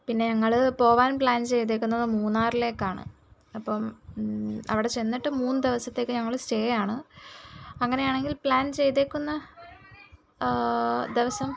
പിന്നെ ഞങ്ങള് പോകാൻ പ്ലാൻ ചെയ്തേക്കുന്നത് മൂന്നാറിലേക്കാണ് അപ്പോള് അവിടെ ചെന്നിട്ട് മൂന്ന് ദിവസത്തേക്ക് ഞങ്ങള് സ്റ്റേ ആണ് അങ്ങനെയാണെങ്കിൽ പ്ലാൻ ചെയ്തേക്കുന്ന ദിവസം